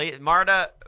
Marta